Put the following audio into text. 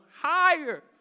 higher